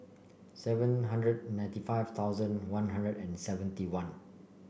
seven hundred ninety five thousand One Hundred and seventy one